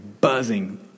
buzzing